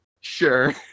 Sure